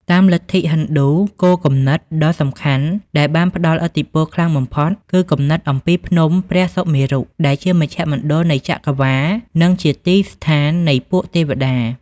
តាមលទ្ធិហិណ្ឌូ គោលគំនិតដ៏សំខាន់ដែលបានផ្តល់ឥទ្ធិពលខ្លាំងបំផុតគឺគំនិតអំពីភ្នំព្រះសុមេរុដែលជាមជ្ឈមណ្ឌលនៃចក្រវាឡនិងជាទីស្ថាននៃពួកទេវតា។